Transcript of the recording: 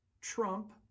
trump